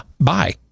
bye